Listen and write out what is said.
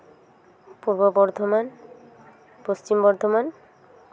Purba Bardhaman Paschim Bardhaman